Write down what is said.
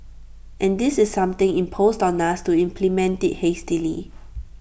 and this is something imposed on us to implement IT hastily